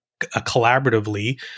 collaboratively